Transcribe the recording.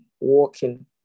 walking